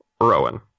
Rowan